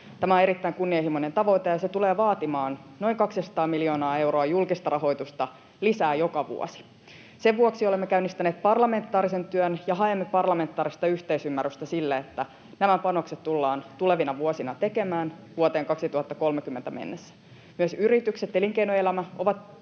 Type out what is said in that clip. Tämä on erittäin kunnianhimoinen tavoite, ja se tulee vaatimaan noin 200 miljoonaa euroa julkista rahoitusta lisää joka vuosi. Sen vuoksi olemme käynnistäneet parlamentaarisen työn ja haemme parlamentaarista yhteisymmärrystä sille, että nämä panokset tullaan tulevina vuosina tekemään vuoteen 2030 mennessä. Myös yritykset ja elinkeinoelämä ovat